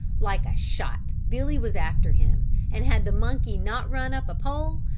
like a shot billy was after him and had the monkey not run up a pole,